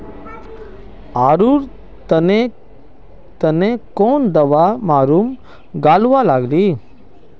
आलूर तने तने कौन दावा मारूम गालुवा लगली?